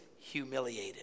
humiliated